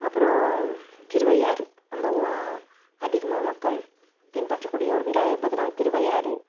அப்றம் திருவையாறு ரொம்பவும் அதிகமாக மக்கள் பின்பற்றக்கூடிய ஒரு விழா எதுன்னு பார்த்தோம்னா திருவையாறு